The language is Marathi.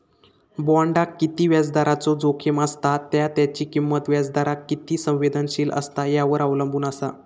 बॉण्डाक किती व्याजदराचो जोखीम असता त्या त्याची किंमत व्याजदराक किती संवेदनशील असता यावर अवलंबून असा